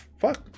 fuck